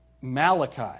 Malachi